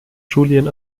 julian